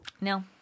No